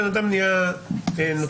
שבן אדם נהיה נוטריון,